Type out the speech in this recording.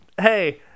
hey